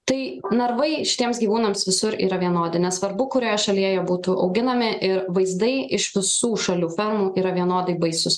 tai narvai šitiems gyvūnams visur yra vienodi nesvarbu kurioje šalyje jie būtų auginami ir vaizdai iš visų šalių fermų yra vienodai baisūs